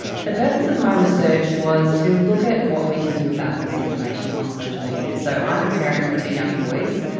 the purpose of my research was to look at what we can do about misinformation on social media. so i'm a parent of two young boys,